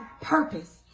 purpose